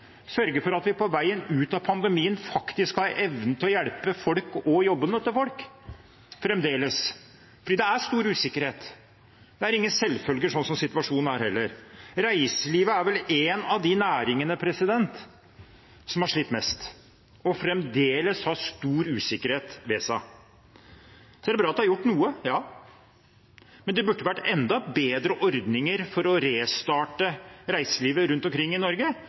sørge for at vi på veien ut av pandemien fremdeles har evne til å hjelpe folk og redde jobbene til folk, for det er stor usikkerhet. Det er heller ingen selvfølge slik situasjonen er. Reiselivet er vel en av de næringene som har slitt mest og fremdeles har stor usikkerhet ved seg. Det er bra at det er gjort noe, ja, men det burde vært enda bedre ordninger for å restarte reiselivet rundt omkring i Norge,